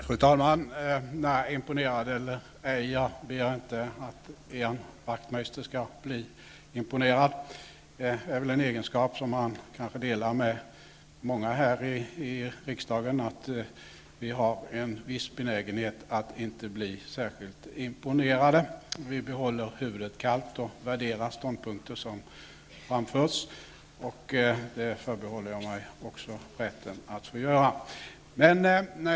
Fru talman! Jag begär inte att Ian Wachtmeister skall bli imponerad. Detta är en egenskap som Ian Wachtmeister kanske har gemensamt med många här i riksdagen, dvs. att vi har en viss benägenhet att inte bli särskilt imponerade, utan att vi behåller huvudet kallt och värderar ståndpunkter som framförs. Detta förbehåller jag mig också rätten att få göra.